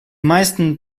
meisten